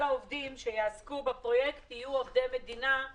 העובדים שיעסקו בפרויקט יהיו עובדי מדינה,